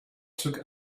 took